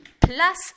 plus